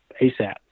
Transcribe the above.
ASAP